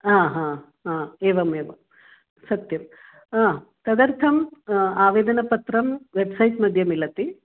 ह हा हा एवमेवं सत्यं तदर्थम् आवेदनपत्रं वेब्सैट्मध्ये मिलति